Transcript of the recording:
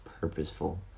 purposeful